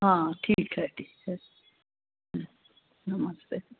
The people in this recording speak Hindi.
हाँ ठीक है ठीक है नमस्ते